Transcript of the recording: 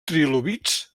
trilobits